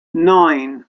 nine